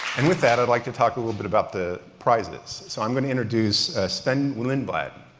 and with that, i'd like to talk a little bit about the prizes. so i'm going to introduce sven lindblad.